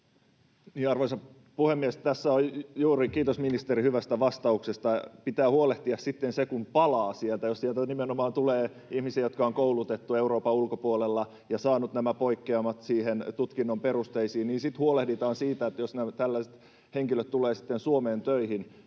Arvoisa puhemies! Kiitos, ministeri, hyvästä vastauksesta. Pitää huolehtia se sitten, kun palaa sieltä. Jos sieltä nimenomaan tulee ihmisiä, jotka on koulutettu Euroopan ulkopuolella ja ovat saaneet nämä poikkeamat tutkinnon perusteisiin, niin sitten huolehditaan, jos tällaiset henkilöt tulevat Suomeen töihin,